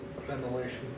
Ventilation